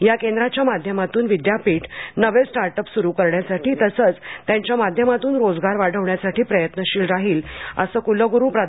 या केंद्राच्या माध्यमातून विद्यापीठ नवे स्टार्टअप्स सुरू करण्यासाठी तसंच त्यांच्या माध्यमातून रोजगार वाढवण्यासाठी प्रयत्नशील राहील असं कुलगुरू प्रा